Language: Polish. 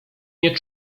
nie